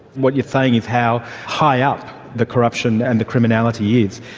what you're saying is how high up the corruption and the criminality is.